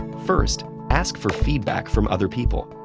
first, ask for feedback from other people,